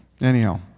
Anyhow